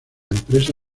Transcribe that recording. empresa